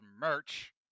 merch